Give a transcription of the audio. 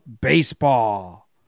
baseball